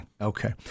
okay